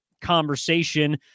conversation